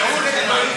זה שיעור קומה.